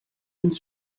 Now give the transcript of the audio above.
ins